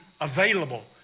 available